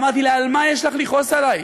אמרתי לה: על מה יש לך לכעוס עלי?